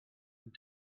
and